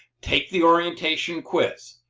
take the orientation quiz.